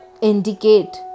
indicate